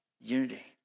Unity